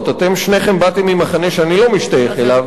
אתם שניכם באתם ממחנה שאני לא משתייך אליו.